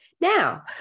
Now